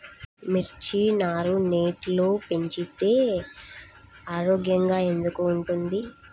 మిర్చి నారు నెట్లో పెంచితే ఆరోగ్యంగా ఎందుకు ఉంటుంది?